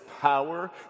power